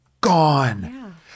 gone